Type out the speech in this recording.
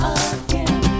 again